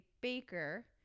baker